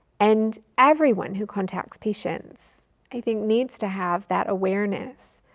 and everyone who contacts patients i think needs to have that awareness.